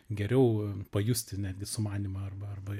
geriau pajusti netgi sumanymą arba arba